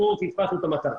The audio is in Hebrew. כאן פספסנו את המטרה.